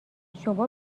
شما